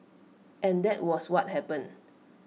and that was what happened